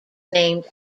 named